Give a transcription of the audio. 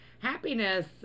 Happiness